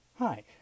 Hi